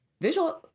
visual